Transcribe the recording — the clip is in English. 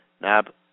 Nab